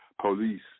police